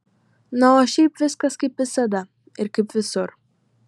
na o šiaip viskas kaip visada ir kaip visur